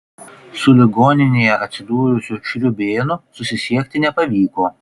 su ligoninėje atsidūrusiu šriūbėnu susisiekti nepavyko